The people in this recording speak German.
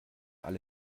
alle